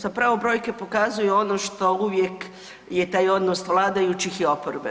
Zapravo brojke pokazuju ono što uvijek je taj odnos vladajućih i oporbe.